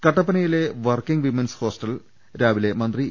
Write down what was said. കട്ടപ്പനയിലെ working women's hostel രാവിലെ മന്ത്രി E